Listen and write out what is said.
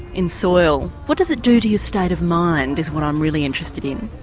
in soil. what does it do to your state of mind, is what i'm really interested in?